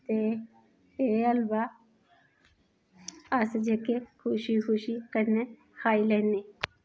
ते एह् हलवा अस जेह्के खुशी खुशी कन्नै खाई लैन्ने